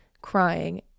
crying